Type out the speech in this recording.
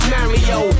Mario